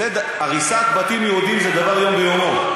שהריסת בתים יהודיים זה דבר שמדי יום ביומו,